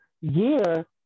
year